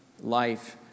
life